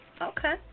Okay